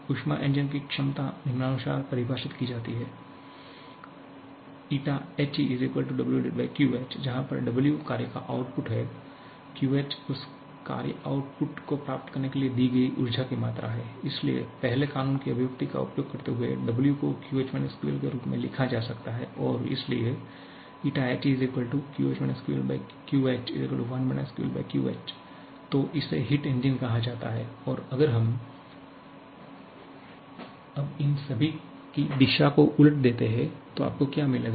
ऊष्मा इंजन की क्षमता निम्नानुसार परिभाषित की गई है HEWQH जहा पर Wकार्य का आउटपुट है QH उस कार्य आउटपुट को प्राप्त करने के लिए दी गई ऊर्जा की मात्रा है इसलिए पहले कानून की अभिव्यक्ति का उपयोग करते हुए W को QH QL के रूप में लिखा जा सकता है और इसलिए HEQH QLQH1 QLQH तो इसे हीट इंजन कहा जाता है और अगर हम अब इन सभी की दिशा को उलट देते हैं तो आपको क्या मिलेगा